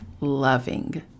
loving